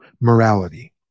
morality